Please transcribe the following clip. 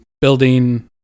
building